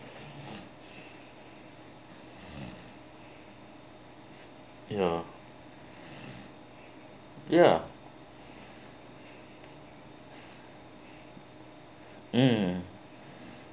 ya ya mm